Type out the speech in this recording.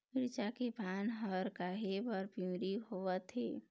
मिरचा के पान हर काहे बर पिवरी होवथे?